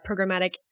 programmatic